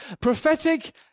Prophetic